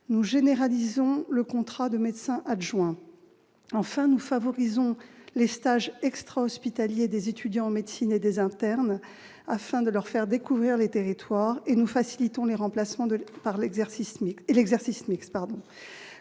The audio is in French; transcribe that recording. nous généralisons le contrat de médecin adjoint. Enfin, nous favorisons les stages extra-hospitaliers des étudiants en médecine et des internes afin de leur faire découvrir les territoires et nous facilitons les remplacements, de même que l'exercice mixte.